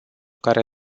care